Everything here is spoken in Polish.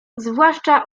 zwłaszcza